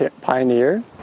pioneer